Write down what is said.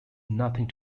nothing